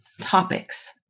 topics